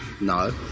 no